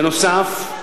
בנוסף,